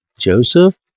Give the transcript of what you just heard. Joseph